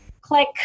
click